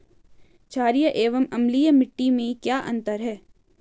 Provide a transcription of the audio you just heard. छारीय एवं अम्लीय मिट्टी में क्या अंतर है?